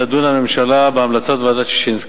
תדון הממשלה בהמלצות ועדת-ששינסקי.